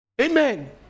Amen